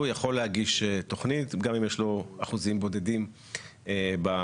יכול להגיש תוכנית גם אם יש לו אחוזים בודדים בקרקע.